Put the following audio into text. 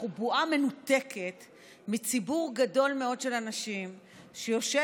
אנחנו בועה מנותקת מציבור גדול מאוד של אנשים שיושבים